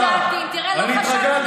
אנחנו נביא 40 מנדטים, אני התרגלתי.